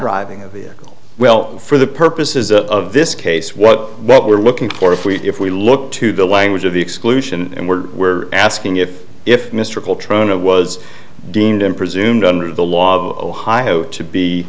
driving a vehicle well for the purposes of this case what what we're looking for if we if we look to the language of the exclusion and we're asking if if mr coltrane it was deemed in presumed under the law of ohio to